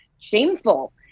shameful